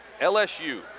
LSU